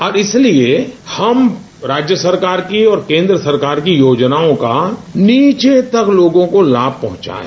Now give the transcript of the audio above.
अब इसीलिये हम राज्य सरकार की और कोन्द्र सरकार की योजनाओं का नीचे तक लोगों को लाभ पहुंचायें